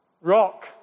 Rock